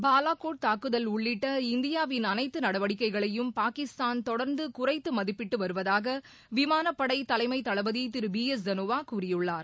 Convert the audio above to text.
பாலாக்கோட் தாக்குதல் உள்ளிட்ட இந்தியாவின் அனைத்து நடவடிக்கைகளையும் பாகிஸ்தான் தொடர்ந்து குறைத்து மதிப்பிட்டு வருவதாக விமானப்படை தலைமை தளபதி திரு பி எஸ் தனோவா கூறியுள்ளார்